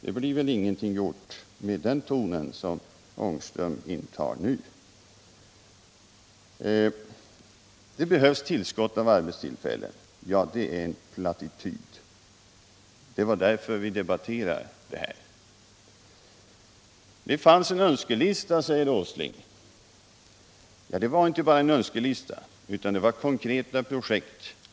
Det blir väl ingenting gjort med den ton som Rune Ångström använder nu! Det behövs tillskott av arbetstillfällen. sägs det. Det är en plattityd! Det är därför vi för den här debatten. Det fanns en önskelista, säger Nils Åsling. Det var inte bara en önskelista utan det var konkreta projekt.